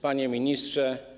Panie Ministrze!